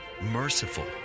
merciful